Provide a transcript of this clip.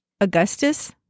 Augustus